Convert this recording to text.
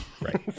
right